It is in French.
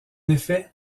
effet